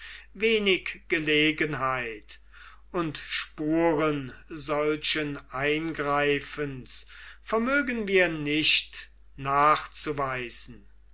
wenig gelegenheit und spuren solchen eingreifens vermögen wir nicht nachzuweisen